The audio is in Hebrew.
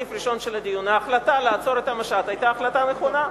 כסעיף ראשון של הדיון: ההחלטה לעצור את המשט היתה החלטה נכונה.